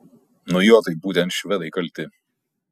nu jo tai būtent švedai kalti